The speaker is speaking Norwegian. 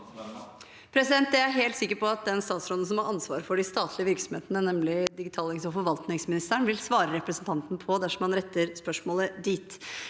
Jeg er helt sikker på at den statsråden som har ansvaret for de statlige virksomhetene, nemlig digitaliserings- og forvaltningsministeren, vil svare representanten Stokkebø på det dersom han retter spørsmålet dit,